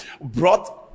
brought